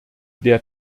der